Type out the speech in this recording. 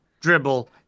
Dribble